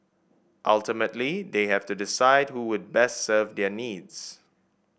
ultimately they have to decide who would best serve their needs